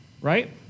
right